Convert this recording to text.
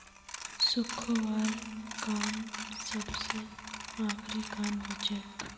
सुखव्वार काम सबस आखरी काम हछेक